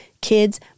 kids